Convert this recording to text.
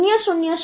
મને માફ કરશો